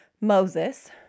Moses